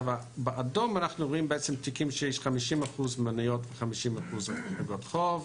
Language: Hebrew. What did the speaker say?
באדום אנחנו רואים תיקים שיש בהם 50% מניות ו-50% אגרות חוב,